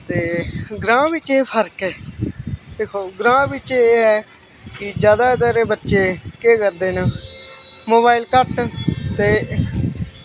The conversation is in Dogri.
ते ग्रांऽ बिच्च एह् फर्क ऐ दिक्खो ग्रांऽ बिच्च एह् ऐ की जादातर बच्चे केह् करदे न मोबाईल घट्ट ते